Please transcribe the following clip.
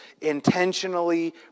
intentionally